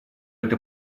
эта